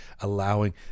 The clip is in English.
allowing